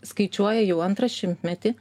skaičiuoja jau antrą šimtmetį